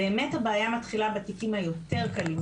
הבעיה מתחילה בתיקים היותר קלים,